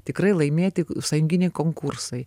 tikrai laimėti sąjunginiai konkursai